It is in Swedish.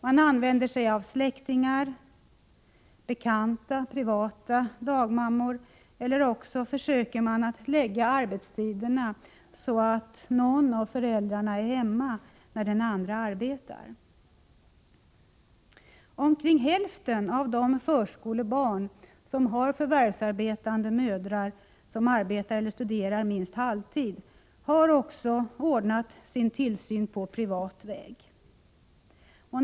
Man använder sig av släktingar, bekanta, privata dagmammor — eller också försöker man lägga arbetstiderna så att någon av föräldrarna är hemma medan den andra arbetar. Omkring hälften av de förskolebarn vilkas mödrar arbetar eller studerar minst halvtid har också sin tillsyn ordnad på privat väg.